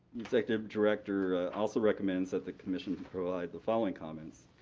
executive director also recommends that the commission provide the following comments,